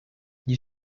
you